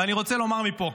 ואני רוצה לומר מפה,